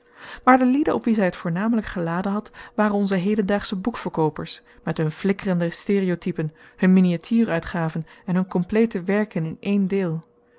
maar de lieden op wie zij het voornamelijk geladen had waren onze hedendaagsche boekverkoopers met hun flikkerende stereotypen hun miniatuur uitgaven en hun compleete werken in een deel